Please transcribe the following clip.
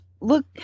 look